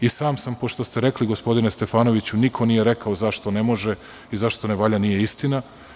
I sam sam, pošto ste rekli, gospodine Stefanoviću, niko nije rekao zašto ne može i zašto ne valja, nije istina.